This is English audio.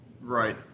Right